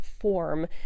form